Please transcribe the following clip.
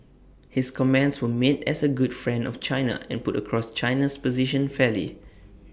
his comments were made as A good friend of China and put across China's position fairly